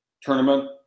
tournament